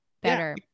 better